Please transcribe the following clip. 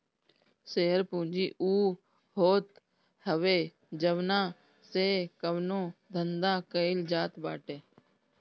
share पूंजी उ होत हवे जवना से कवनो धंधा कईल जात बाटे